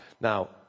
Now